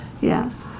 Yes